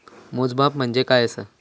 मोजमाप म्हणजे काय असा?